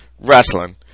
wrestling